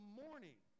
morning